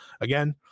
again